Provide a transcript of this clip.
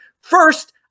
First